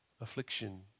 affliction